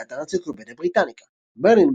באתר אנציקלופדיה בריטניקה מרלין,